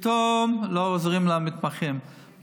פתאום לא עוזרים למתמחים.